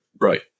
Right